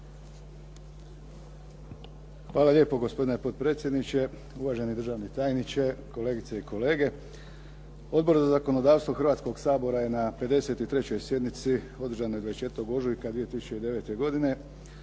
Hvala lijepo gospodine potpredsjedniče. Uvaženi državni tajniče, kolegice i kolege. Odbor za zakonodavstvo Hrvatskoga sabora je na 53. sjednici održanoj 24. ožujka 2009. godine